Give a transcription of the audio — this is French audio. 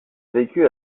vécu